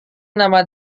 nama